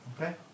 Okay